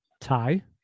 tie